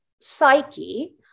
psyche